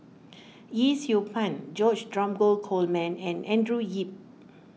Yee Siew Pun George Dromgold Coleman and Andrew Yip